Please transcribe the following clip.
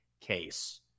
case